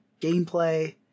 gameplay